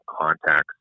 contacts